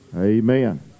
Amen